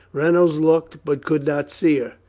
reynolds looked, but could not see her.